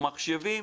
עם המחשבים,